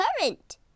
current